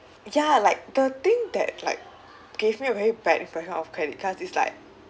ya like the thing that like gave me a very bad impression of credit cards is like